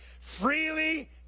freely